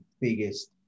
biggest